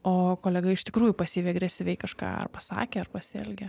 o kolega iš tikrųjų pasyviai agresyviai kažką pasakė ar pasielgė